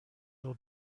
will